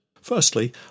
Firstly